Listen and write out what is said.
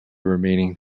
remaining